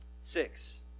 Six